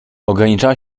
ograniczała